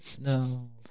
No